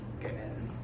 goodness